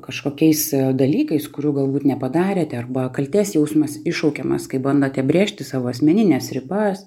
kažkokiais dalykais kurių galbūt nepadarėte arba kaltės jausmas iššaukiamas kai bandote brėžti savo asmenines ribas